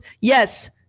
yes